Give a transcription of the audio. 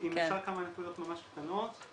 אם אפשר כמה נקודות ממש קטנות.